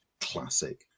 classic